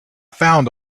found